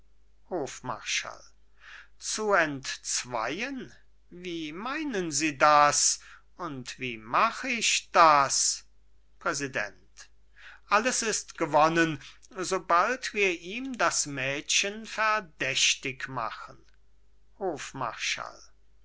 hofmarschall zu entzweien wie meinen sie das und wie mach ich das präsident alles ist gewonnen sobald wir ihm das mädchen verdächtig machen hofmarschall